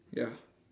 ya